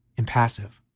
impassive,